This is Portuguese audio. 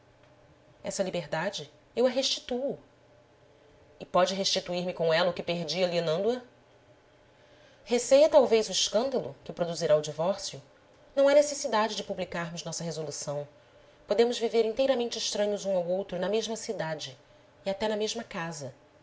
essa liberdade eu a restituo e pode restituir-me com ela o que perdi alienando a receia talvez o escândalo que produzirá o divórcio não há necessidade de publicarmos nossa resolução podemos viver inteiramente estranhos um ao outro na mesma cidade e até na mesma casa